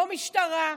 לא משטרה,